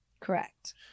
Correct